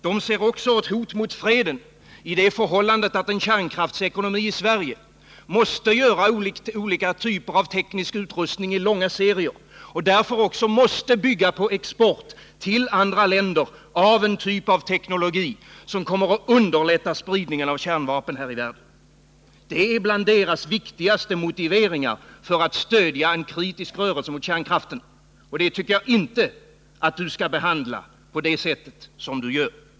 De ser också ett hot mot freden i det förhållandet att en kärnkraftsekonomi i Sverige måste göra olika typer av teknisk utrustning i långa serier och därför måste bygga på export till andra länder av en typ av teknologi som kommer att underlätta spridningen av kärnvapen i världen. Detta är några av deras viktigaste motiveringar för att stödja en kritisk rörelse mot kärnkraften. Jag tycker inte att Olof Palme skall behandla uetta på det sätt han gör.